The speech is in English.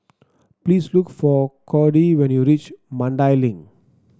please look for Cody when you reach Mandai Link